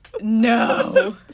No